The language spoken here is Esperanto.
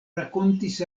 rakontis